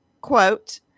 Quote